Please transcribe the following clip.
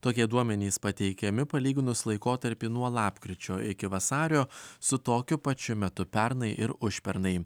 tokie duomenys pateikiami palyginus laikotarpį nuo lapkričio iki vasario su tokiu pačiu metu pernai ir užpernai